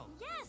Yes